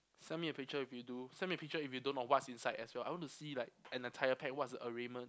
send me a picture if you do send me a picture if you don't know what's inside as well I want to see like an entire pack what's the